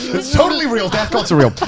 it's totally real, death god's real.